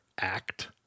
Act